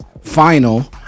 Final